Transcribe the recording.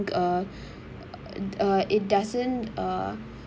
uh uh it doesn't uh